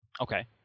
Okay